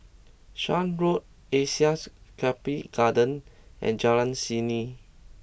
Shan Road Asean Sculpture Garden and Jalan Seni